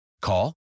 Call